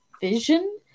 vision